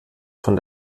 von